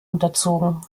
unterzogen